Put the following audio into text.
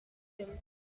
him